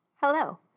Hello